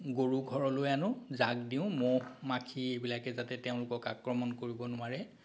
গৰু ঘৰলৈ আনো যাগ দিওঁ মহ মাখি এইবিলাকে যাতে তেওঁলোকক আক্ৰমণ কৰিব নোৱাৰে